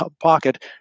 pocket